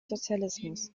sozialismus